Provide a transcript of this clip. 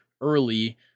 early